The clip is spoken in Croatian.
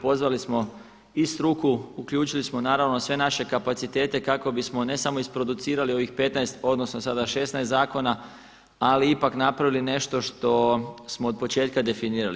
Pozvali smo i struku, uključili smo naravno sve naše kapacitete kako bismo ne samo isproducirali ovih 15 odnosno sada 16 zakona, ali ipak napravili nešto što smo od početka definirali.